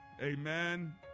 Amen